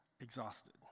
Exhausted